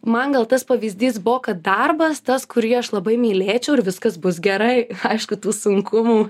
man gal tas pavyzdys buvo kad darbas tas kurį aš labai mylėčiau ir viskas bus gerai aišku tų sunkumų